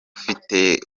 ufite